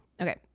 Okay